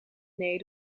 nee